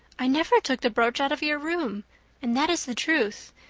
i never took the brooch out of your room and that is the truth,